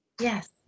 Yes